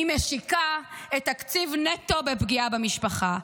היא משיקה את תקציב נטו בפגיעה במשפחה.